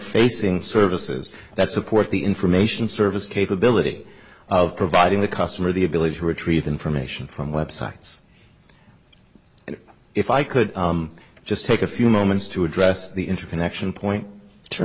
facing services that support the information service capability of providing the customer the ability to retrieve information from websites if i could just take a few moments to address the interconnection point tur